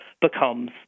becomes